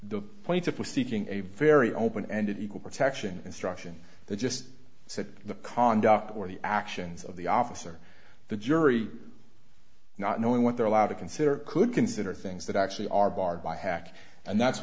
the plaintiff was seeking a very open ended equal protection instruction that just said the conduct or the actions of the officer the jury not knowing what they're allowed to consider could consider things that actually are barred by hack and that's